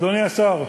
אדוני השר,